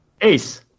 Ace